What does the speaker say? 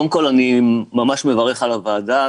קודם כל אני ממש מברך על הוועדה,